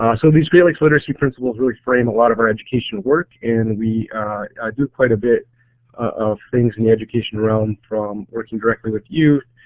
so these great lakes literacy principles really frame a lot of our education work, and we do quite a bit of things in the education realm from working directly with youth,